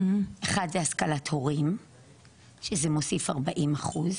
אחד זה השכלת הורים שזה מוסיף 40 אחוז,